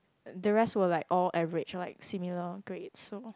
the rest were like all average like similar grades so